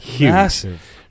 Massive